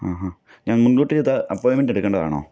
ആ ആ ഞാൻ മുൻകൂട്ടി അപ്പോയിൻമെൻ്റ എടുക്കേണ്ടതാണൊ